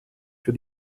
für